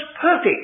perfect